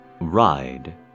Ride